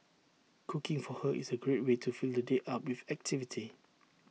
cooking for her is A great way to fill the day up with activity